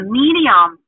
medium